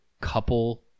couple